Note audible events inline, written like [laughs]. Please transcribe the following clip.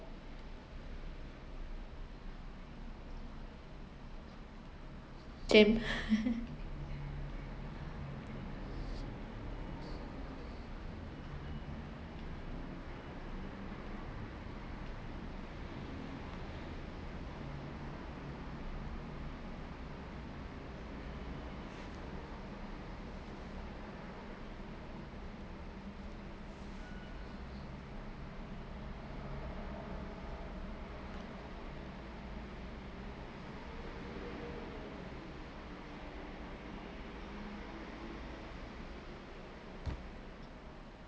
same [laughs]